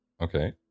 Okay